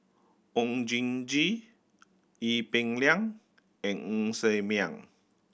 Oon Jin Gee Ee Peng Liang and Ng Ser Miang